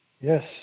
Yes